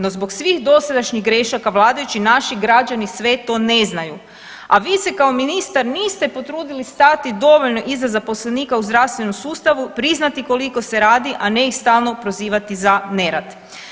No zbog svih dosadašnjih grešaka vladajućih naši građani sve to ne znaju, a vi se kao ministar niste potrudili stati dovoljno iza zaposlenika u zdravstvenom sustavu i priznati koliko se radi, a ne ih stalno prozivati za nerad.